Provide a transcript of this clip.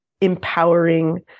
empowering